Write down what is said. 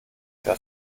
das